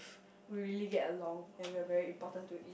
we really get along and we are very important to